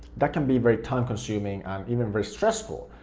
that can be very time consuming and even very stressful.